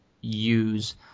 use